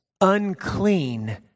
unclean